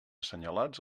assenyalats